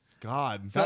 God